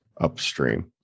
upstream